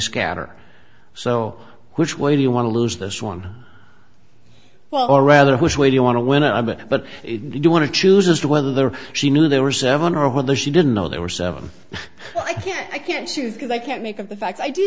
scatter so which way do you want to lose this one well or rather which way do you want to when i've been but do you want to choose as to whether she knew there were seven or whether she didn't know there were seven i can't i can't you because i can't make of the fact i do